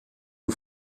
aux